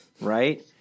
right